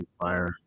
fire